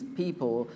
people